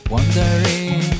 Wondering